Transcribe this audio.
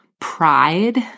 pride